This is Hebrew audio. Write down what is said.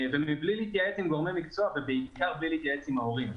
מבלי להתייעץ עם גורמי מקצוע ובעיקר בלי להתייעץ עם ההורים.